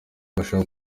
abasha